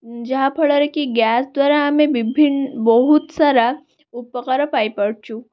ଯାହାଫଳରେ କି ଗ୍ୟାସ୍ ଦ୍ଵାରା ଆମେ ବିଭିନ୍ନ ବହୁତ ସାରା ଉପକାର ପାଇପାରୁଛୁ